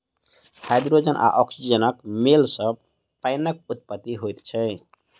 hydrogen आ औक्सीजनक मेल सॅ पाइनक उत्पत्ति होइत छै